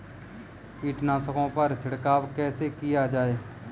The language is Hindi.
कीटनाशकों पर छिड़काव कैसे किया जाए?